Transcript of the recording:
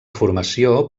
formació